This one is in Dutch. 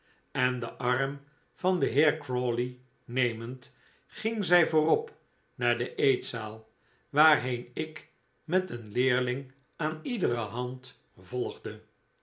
en den arm van den heer crawley nemend ging zij voorop naar de eetzaal waarheen ik met een leerling aan iedere hand volgde